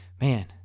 man